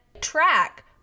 track